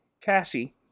Cassie